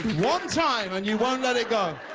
one time and you won't let it go!